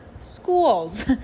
schools